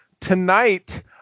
tonight